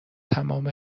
تمام